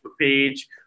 page